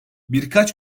birkaç